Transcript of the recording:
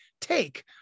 take